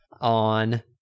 on